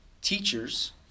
teachers